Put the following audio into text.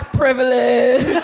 privilege